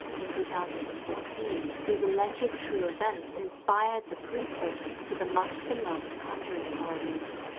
in two thousand and fourteen, these allegedly true events inspired the prequel to the much-beloved conjuring horror movie.